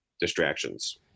distractions